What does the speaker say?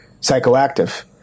psychoactive